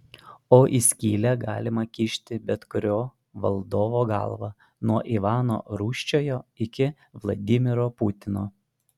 o į skylę galima kišti bet kurio valdovo galvą nuo ivano rūsčiojo iki vladimiro putino